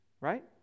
right